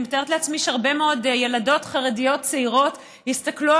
אני מתארת לעצמי שהרבה מאוד ילדות חרדיות צעירות הסתכלו